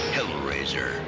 Hellraiser